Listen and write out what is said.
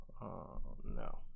no